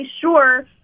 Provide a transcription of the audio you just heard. sure